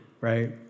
right